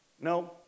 No